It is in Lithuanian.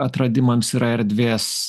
atradimams yra erdvės